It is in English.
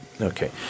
Okay